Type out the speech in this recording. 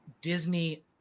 Disney